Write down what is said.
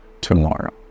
tomorrow